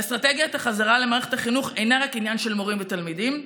אסטרטגיית החזרה למערכת החינוך אינה רק עניין של מורים ותלמידים,